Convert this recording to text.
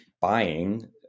buying